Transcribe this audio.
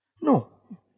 No